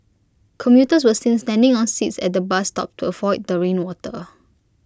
commuters were seen standing on seats at the bus stop to avoid the rain water